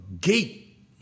gate